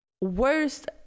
worst